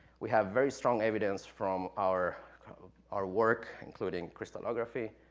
we have very strong evidence from our kind of our work, including crystallography,